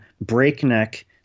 breakneck